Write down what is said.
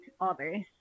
others